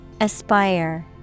Aspire